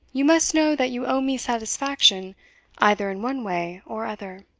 you must know that you owe me satisfaction either in one way or other.